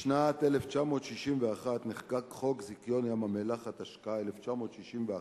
בשנת 1961 נחקק חוק זיכיון ים-המלח, התשכ"א 1961,